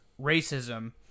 racism